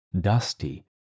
dusty